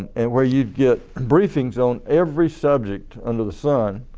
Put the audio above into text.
and where you'd get briefings on every subject under the sun.